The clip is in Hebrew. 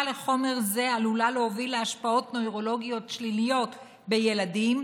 לחומר זה עלולה להוביל להשפעות נוירולוגיות שליליות בילדים,